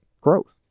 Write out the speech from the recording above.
growth